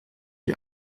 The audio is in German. die